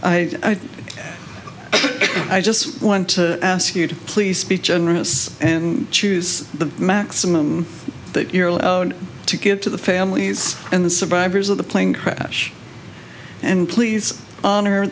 i i just want to ask you to please be generous and choose the maximum that you're allowed to give to the families and the survivors of the plane crash and please honor